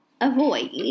avoid